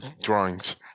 drawings